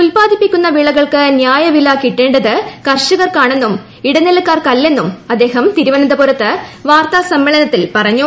ഉല്പാദിപ്പിക്കുന്ന വിളകൾക്ക് നൃായവില കിട്ടേണ്ടത് കർഷകർക്കാണെന്നും ഇടനിലക്കാർക്കല്ലെന്നും അദ്ദേഹം തിരുവനന്തപുരത്ത് വാർത്താ സമ്മേളനത്തിൽ പറഞ്ഞു